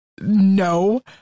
no